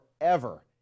forever